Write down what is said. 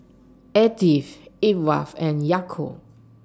Attie and Yaakov